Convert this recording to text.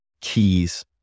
keys